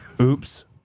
Oops